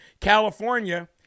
California